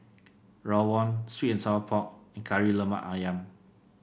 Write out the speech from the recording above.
rawon sweet and Sour Pork and Kari Lemak ayam